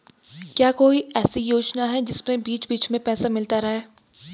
क्या कोई ऐसी योजना है जिसमें बीच बीच में पैसा मिलता रहे?